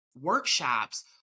workshops